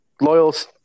loyal's